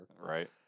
right